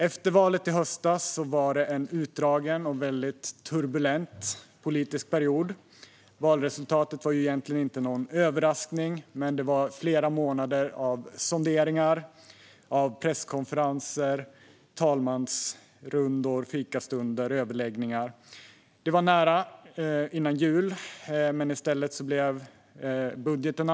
Efter valet i höstas var det en utdragen och turbulent politisk period. Valresultatet var egentligen inte någon överraskning, men det var flera månader av sonderingar, presskonferenser, talmansrundor, fikastunder och överläggningar. Det var nära jul, men i stället antogs budgeten.